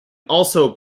also